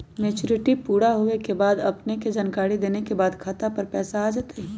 Maturity पुरा होवे के बाद अपने के जानकारी देने के बाद खाता पर पैसा आ जतई?